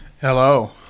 Hello